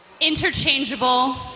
interchangeable